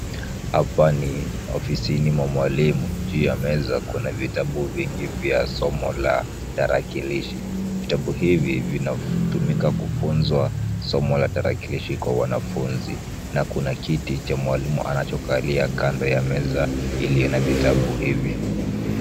Hapa ni ofisini mwa mwalimu, juu ya meza kuna vitabu vingi vya somo la tarakilishi. Vitabu hivi vinatumika kufunzwa somo la tarakilishi kwa wanafunzi na kuna kiti cha mwalimu anachokalia kando ya meza, iliyo na vitabu hivi.